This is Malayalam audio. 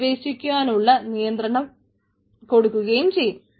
അവിടെ പ്രവേശിക്കുവാനുള്ള നിയന്ത്രണം കൊടുക്കുകയും ചെയ്യും